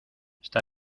está